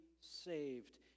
saved